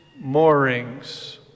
Moorings